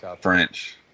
French